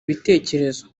ibitekerezo